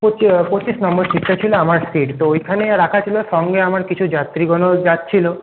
পঁচিশ নম্বর সিটটা ছিল আমার সিট তো ওইখানে আমার রাখা ছিল সঙ্গে আমার কিছু যাত্রীগণও যাচ্ছিল